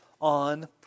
on